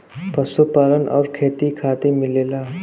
पशुपालन आउर खेती खातिर मिलेला